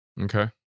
Okay